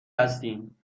هستیم